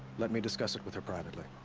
let me discuss it with her privately.